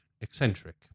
eccentric